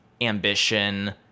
ambition